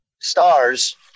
stars